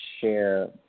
share